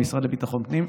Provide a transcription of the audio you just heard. המשרד לביטחון הפנים,